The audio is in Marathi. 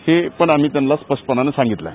हे पण आम्ही त्यांना स्पष्टपणाने सांगितलं आहे